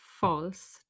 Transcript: false